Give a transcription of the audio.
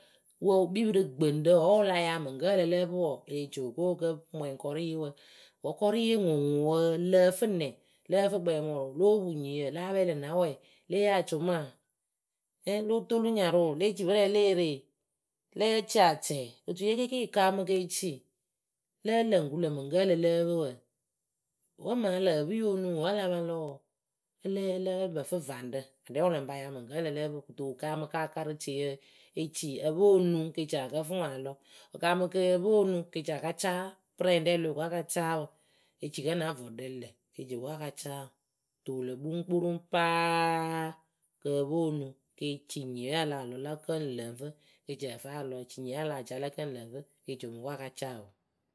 wɨ kpii pɨ rɨ gbɨŋrǝ wǝ́ wɨ la yaa mɨŋkǝ́ ǝ lǝ lǝ́ǝ pɨ wǝǝ e leh ci o ko a ka mwɛŋ kɔrɩye wǝǝ wǝ́ kɔrɩye ŋwɨŋwɨ wǝǝ lǝǝ fɨ nɛ lǝ́ǝ fɨ kpɛɛmʊrʊ lóo pu nyii láa pɛɛlɩ na wɛ, lée yee acʊmaa lóo toolu nyarɨwǝ lée ci pɨrǝyǝ le ere? lée ci acɛ otuye kɩɩkɩ yɨ kaamɨ kɨ eci lǝ́ǝ lǝ ŋ kʊŋ lǝ̈ mɨŋkǝ́ ǝ lǝ lǝ́ǝ pɨ wǝ wǝ́ mɨŋ ǝ lǝǝ pɨ yɨ onuŋ wǝ́ a la pa lɔ wǝǝ ǝ lǝ ǝ lǝ́ǝ pǝ fɨ vaŋrǝ aɖɛ wɨ lɨŋ pa yaa mɨŋ kǝ́ ǝ lǝ lǝ́ǝ pɨ kɨto wɨ kaamɨ ka karɨ tieyǝ eci ǝ pɨ onuŋ kɨ eci ǝ kǝ fɨ ŋwɨ a lɔ wɨ kaamɨ kɨ ǝ pɨ onuŋ ke ci a ka caa pɨrǝŋɖɛ o loh ko a ka caa wǝ eci kǝ́ na vɔɖǝ lǝ ke ci o ko a ka caa ŋwɨ kɨto wɨ lǝ kpuŋkpuruŋ paa kɨ ǝ pɨ onuŋ ke ci nyiye a lah lɔ lǝ kǝ́ ŋ lǝ ŋ fɨ ke ci ǝ fɨ a lɔ e ci nyiye a lah caa lǝ kǝ́ ŋ lǝ ŋ fɨ ke ci o mɨ ko a ka caa oo.